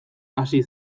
hasi